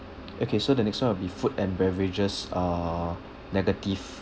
okay so the next [one] will be food and beverages uh negative